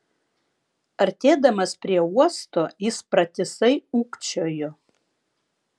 artėdamas prie uosto jis pratisai ūkčiojo